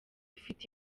ufite